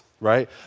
right